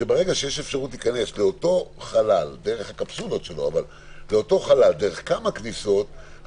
שברגע שיש אפשרות להיכנס לאותו חלל דרך כמה כניסות,